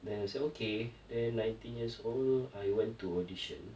then I said okay then nineteen years old I went to audition